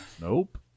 Nope